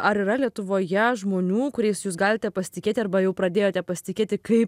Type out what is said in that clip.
ar yra lietuvoje žmonių kuriais jūs galite pasitikėti arba jau pradėjote pasitikėti kaip